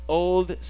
old